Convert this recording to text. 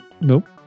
nope